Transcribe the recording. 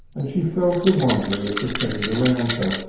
and she fell to wondering at the things around her,